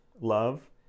love